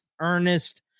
Ernest